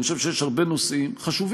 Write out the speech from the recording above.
אני חושב שהעלית פה הרבה נושאים חשובים,